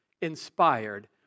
inspired